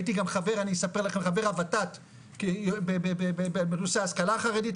הייתי גם חבר הות"ת בנושא השכלה חרדית,